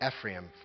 Ephraim